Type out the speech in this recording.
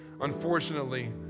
unfortunately